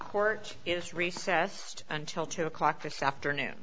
court is recessed until two o'clock this afternoon